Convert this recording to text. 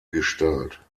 gestalt